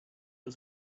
was